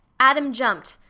adam jumped,